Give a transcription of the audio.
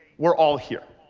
we're all here,